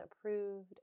approved